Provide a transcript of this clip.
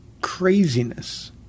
craziness